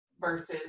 Versus